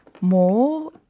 more